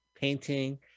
painting